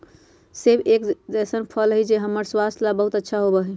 सेब एक ऐसन फल हई जो हम्मर स्वास्थ्य ला बहुत अच्छा होबा हई